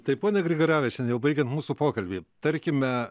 tai ponia grigaravičiene jau baigiant mūsų pokalbį tarkime